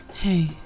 Hey